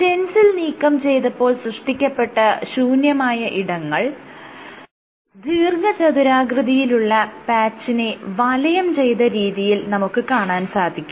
stencil നീക്കം ചെയ്തപ്പോൾ സൃഷ്ടിക്കപ്പെട്ട ശൂന്യമായ ഇടങ്ങൾ ദീർഘ ചതുരാകൃതിയിലുള്ള പാച്ചിനെ വലയം ചെയ്ത രീതിയിൽ നമുക്ക് കാണാൻ സാധിക്കും